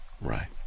Right